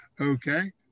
okay